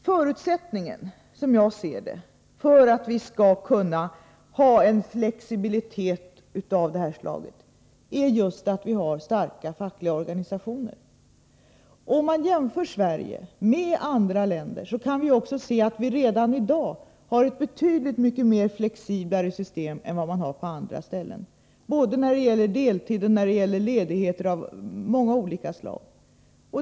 Förutsättningen, som jag ser det, för att vi skall kunna ha en flexibilitet av detta slag är just att vi har starka fackliga organisationer. Om man jämför Sverige med andra länder kan man också se att vi redan i dag har ett betydligt mera flexibelt system än man har på andra håll, både när det gäller deltid och när det gäller ledigheter av många olika slag.